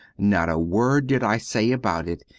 not a word did i say about it,